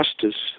justice